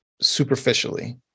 superficially